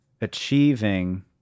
achieving